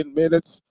minutes